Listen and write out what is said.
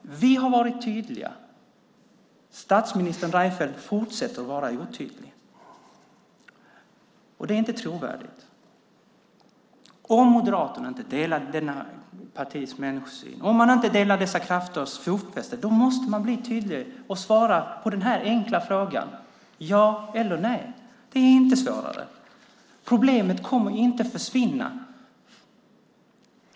Vi har varit tydliga. Statsminister Reinfeldt fortsätter att vara otydlig. Det är inte trovärdigt. Om Moderaterna inte delar Sverigedemokraternas människosyn, om man inte delar dessa krafters fotfäste måste man bli tydligare och svara på den enkla frågan ja eller nej. Det är inte svårare. Problemet kommer inte att försvinna.